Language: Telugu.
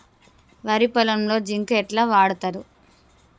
వరి పొలంలో జింక్ ఎట్లా వాడుతరు?